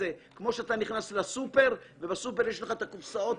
שאתה נכנס לסופר ויש לך את הקופסאות